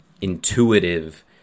intuitive